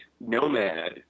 nomad